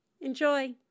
Enjoy